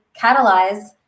catalyze